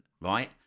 right